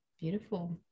beautiful